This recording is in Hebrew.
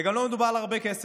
גם לא מדובר על הרבה כסף.